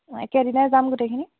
অঁ একেদিনাই যাম গোটেইখিনি